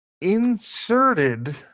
inserted